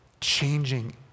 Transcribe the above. changing